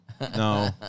no